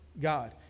god